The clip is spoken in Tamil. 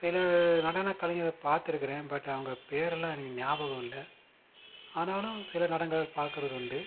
சில நடனக் கலைஞர்களை பார்த்துருக்குறேன் பட் அவங்க பேரெல்லாம் எனக்கு ஞாபகம் இல்லை ஆனாலும் சில நடனங்கள் பார்க்குறதுண்டு